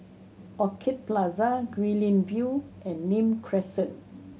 Orchid Plaza Guilin View and Nim Crescent